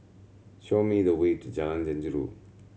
show me the way to Jalan Jeruju